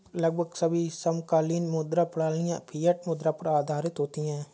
लगभग सभी समकालीन मुद्रा प्रणालियाँ फ़िएट मुद्रा पर आधारित होती हैं